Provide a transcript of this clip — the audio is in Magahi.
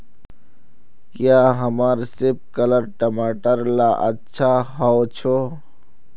क्याँ हमार सिपकलर टमाटर ला अच्छा होछै?